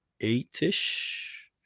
eight-ish